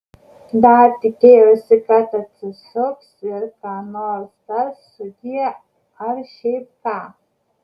dar tikėjausi kad atsisuks ir ką nors tars sudie ar šiaip ką